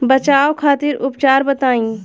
बचाव खातिर उपचार बताई?